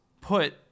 put